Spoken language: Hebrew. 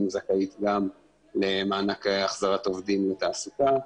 זכאית גם למענק החזרת עובדים לתעסוקה.